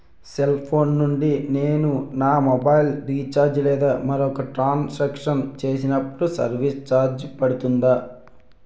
Cell phone నుండి నేను నా మొబైల్ రీఛార్జ్ లేదా మరొక ట్రాన్ సాంక్షన్ చేసినప్పుడు సర్విస్ ఛార్జ్ పడుతుందా?